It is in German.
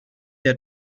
der